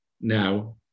Now